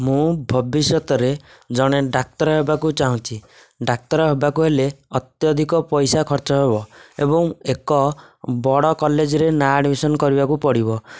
ମୁଁ ଭବିଷ୍ୟତରେ ଜଣେ ଡାକ୍ତର ହେବାକୁ ଚାହୁଁଛି ଡାକ୍ତର ହେବାକୁ ହେଲେ ଅତ୍ୟଧିକ ପଇସା ଖର୍ଚ୍ଚ ହେବ ଏବଂ ଏକ ବଡ଼ କଲେଜରେ ନାଁ ଆଡ଼ମିଶନ କରିବାକୁ ପଡ଼ିବ